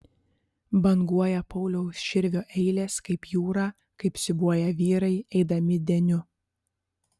banguoja pauliaus širvio eilės kaip jūra kaip siūbuoja vyrai eidami deniu